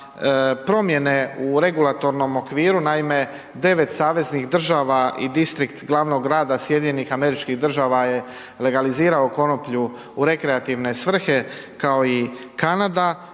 promjene u regulatornom okviru, naime 9 saveznih država i diskrit glavnog grada SAD-a je legalizirao konoplju u rekreativne svrhe kao i Kanada.